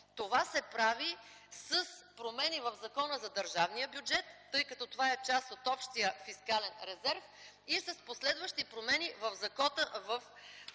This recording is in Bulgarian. това се прави с промени в Закона за държавния бюджет, тъй като това е част от общия фискален резерв и с последващи промени – в Закона за бюджета